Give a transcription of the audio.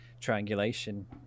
triangulation